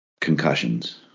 concussions